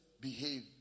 behave